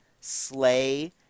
slay